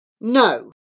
No